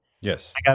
Yes